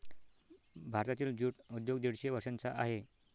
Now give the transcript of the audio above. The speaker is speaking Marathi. भारतातील ज्यूट उद्योग दीडशे वर्षांचा आहे